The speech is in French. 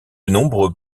nombreux